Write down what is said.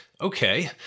okay